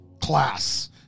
class